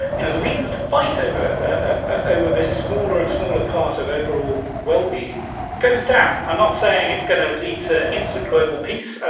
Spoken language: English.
you know, the reasons to fight over ah over this smaller and smaller part of overall wellbeing goes down. i'm not saying it's going to lead to instant global peace, ah